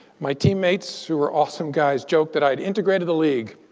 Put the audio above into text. my teammates, who were awesome guys, joked that i had integrated the league,